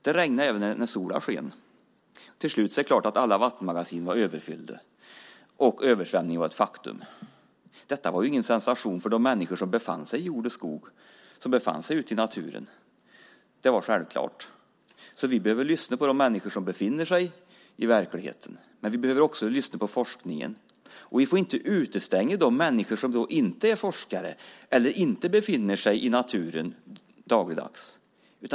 Det regnade även när solen sken. Till slut var alla vattenmagasin överfyllda, och översvämningen var ett faktum. Detta var ingen sensation för människor som befann sig ute i naturen i arbete med jord och skog. Det var självklart. Vi behöver alltså lyssna på de människor som befinner sig i verkligheten, men vi behöver också lyssna på forskningen. Vi får inte heller utestänga de människor som inte är forskare eller som inte befinner sig i naturen dagligdags.